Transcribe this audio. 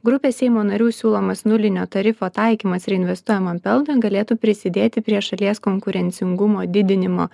grupės seimo narių siūlomas nulinio tarifo taikymas reinvestuojamam pelnui galėtų prisidėti prie šalies konkurencingumo didinimo